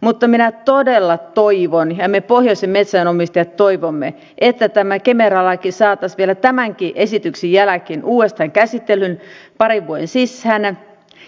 mutta minä todella toivon ja me pohjoisen metsänomistajat toivomme että tämä kemera laki saataisiin vielä tämänkin esityksen jälkeen uudestaan käsittelyyn parin vuoden sisään